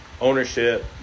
ownership